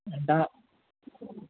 दा